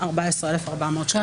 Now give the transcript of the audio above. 14,400 שקלים.